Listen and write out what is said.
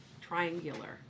triangular